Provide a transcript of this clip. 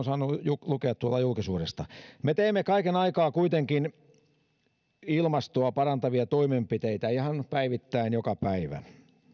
saanut lukea tuolta julkisuudesta me teemme kaiken aikaa kuitenkin ilmastoa parantavia toimenpiteitä ihan päivittäin joka päivä